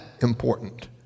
important